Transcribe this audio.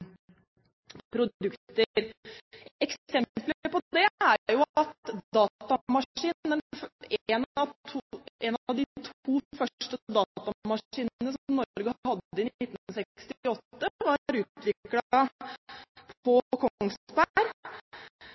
Eksempler på det er at én av de to første datamaskinene som Norge hadde i 1968, var utviklet på